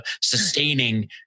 sustaining